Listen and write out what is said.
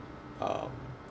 um